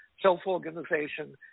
self-organization